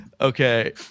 Okay